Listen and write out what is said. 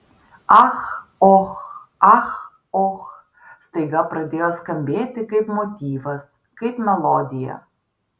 ach och ach och staiga pradėjo skambėti kaip motyvas kaip melodija